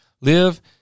live